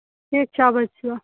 ठीक छै आबैत छियौ